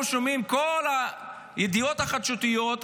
אנחנו שומעים את כל הידיעות החדשותיות,